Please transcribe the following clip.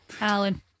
Alan